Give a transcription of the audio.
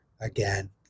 again